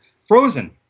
Frozen